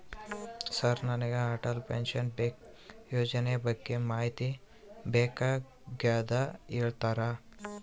Sir ನನಗೆ Atal pension ಯೋಜನೆ ಬಗ್ಗೆ ಮಾಹಿತಿ ಬೇಕಾಗ್ಯದ ಹೇಳ್ತೇರಾ?